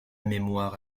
mémoire